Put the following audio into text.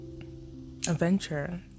adventure